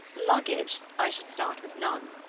luggage, i should start with none.